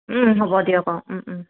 ও হ'ব দিয়ক অ ও ও